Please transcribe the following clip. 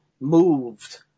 moved